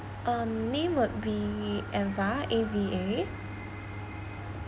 um name would be ava A V A